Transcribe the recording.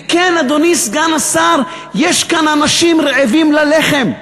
וכן, אדוני סגן השר, יש כאן אנשים רעבים ללחם.